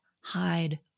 hide